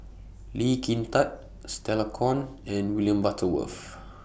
Lee Kin Tat Stella Kon and William Butterworth